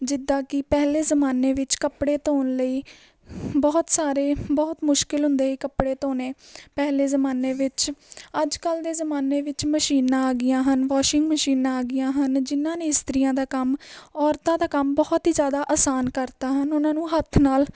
ਜਿੱਦਾਂ ਕਿ ਪਹਿਲੇ ਜ਼ਮਾਨੇ ਵਿੱਚ ਕੱਪੜੇ ਧੋਣ ਲਈ ਬਹੁਤ ਸਾਰੇ ਬਹੁਤ ਮੁਸ਼ਕਿਲ ਹੁੰਦੇ ਸੀ ਕੱਪੜੇ ਧੋਣੇ ਪਹਿਲੇ ਜ਼ਮਾਨੇ ਵਿੱਚ ਅੱਜ ਕੱਲ੍ਹ ਦੇ ਜ਼ਮਾਨੇ ਵਿੱਚ ਮਸ਼ੀਨਾਂ ਆ ਗਈਆਂ ਹਨ ਵਾਸ਼ਿੰਗ ਮਸ਼ੀਨਾਂ ਆ ਗਈਆਂ ਹਨ ਜਿਨ੍ਹਾਂ ਨੇ ਇਸਤਰੀਆਂ ਦਾ ਕੰਮ ਔਰਤਾਂ ਦਾ ਕੰਮ ਬਹੁਤ ਹੀ ਜ਼ਿਆਦਾ ਆਸਾਨ ਕਰ ਦਿੱਤਾ ਹਨ ਉਹਨਾਂ ਨੂੰ ਹੱਥ ਨਾਲ